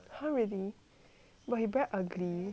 but he very ugly